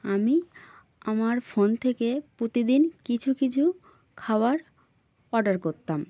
আমি আমার ফোন থেকে প্রতিদিন কিছু কিছু খাবার অর্ডার করতাম